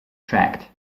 tract